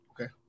Okay